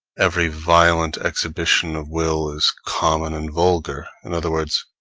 every violent exhibition of will is common and vulgar in other words,